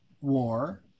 war